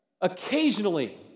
Occasionally